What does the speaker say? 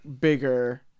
bigger